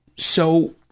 so,